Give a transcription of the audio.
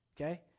okay